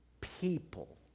people